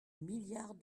milliards